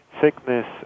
sickness